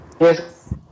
Yes